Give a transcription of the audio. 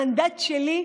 המנדט שלי,